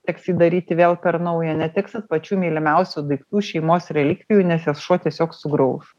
teks jį daryti vėl per naują neteksit pačių mylimiausių daiktų šeimos relikvijų nes jas šuo tiesiog sugrauš